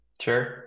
Sure